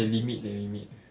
they limit they limit